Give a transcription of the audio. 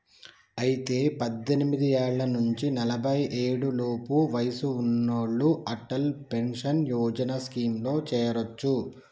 అయితే పద్దెనిమిది ఏళ్ల నుంచి నలఫై ఏడు లోపు వయసు ఉన్నోళ్లు అటల్ పెన్షన్ యోజన స్కీమ్ లో చేరొచ్చు